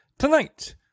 Tonight